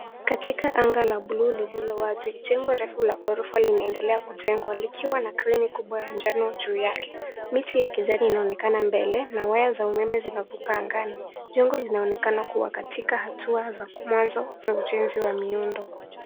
Katika anga la buluu lililowazi. Jengo refu la ghorofa linaendelewa kujengwa likiwa na krini kubwa ya njano juu yake. Miti ya kijani inaonekana mbele na waya za umeme zinavuka angani. Jengo linaonekana kuwa katika hatua za mwanzo za ujenzi wa miundo.